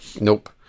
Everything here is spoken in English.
Nope